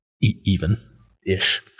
even-ish